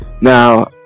Now